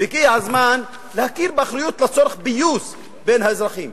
והגיע הזמן להכיר באחריות לצורך פיוס בין האזרחים.